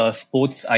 sports